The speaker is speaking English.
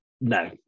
No